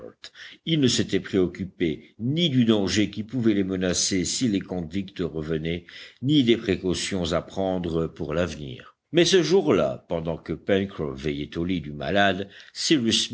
ils ne s'étaient préoccupés ni du danger qui pouvait les menacer si les convicts revenaient ni des précautions à prendre pour l'avenir mais ce jour-là pendant que pencroff veillait au lit du malade